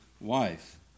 wife